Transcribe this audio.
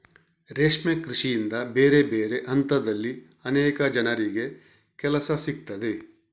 ರೇಷ್ಮೆ ಕೃಷಿಯಿಂದ ಬೇರೆ ಬೇರೆ ಹಂತದಲ್ಲಿ ಅನೇಕ ಜನರಿಗೆ ಕೆಲಸ ಸಿಗ್ತದೆ